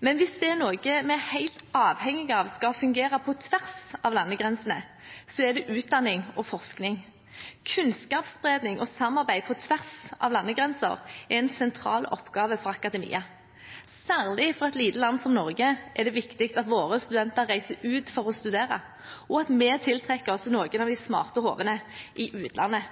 Men er det noe vi er helt avhengig av at skal fungere på tvers av landegrensene, er det utdanning og forskning. Kunnskapsspredning og samarbeid på tvers av landegrenser er en sentral oppgave for akademia. Særlig for et lite land som Norge er det viktig at våre studenter reiser ut for å studere, og at vi tiltrekker oss noen av de smarte hodene i utlandet,